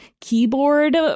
Keyboard